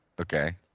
okay